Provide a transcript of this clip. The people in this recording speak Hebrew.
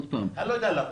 אני לא יודע למה.